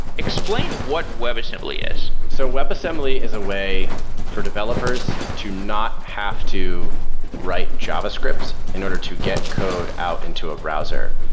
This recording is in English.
explain what webassembly is. so webassembly is a way for developers to not have to write javascript in order to get code out into a browser,